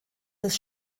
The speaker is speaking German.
des